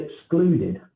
excluded